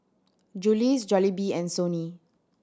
Julie's Jollibee and Sony